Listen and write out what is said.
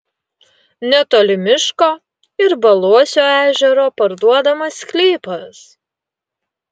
netoli miško ir baluosio ežero parduodamas sklypas